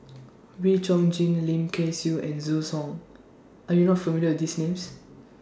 Wee Chong Jin Lim Kay Siu and Zhu Hong Are YOU not familiar with These Names